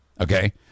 Okay